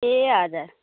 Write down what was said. ए हजुर